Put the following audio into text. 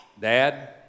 Dad